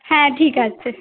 হ্যাঁ ঠিক আছে